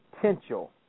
potential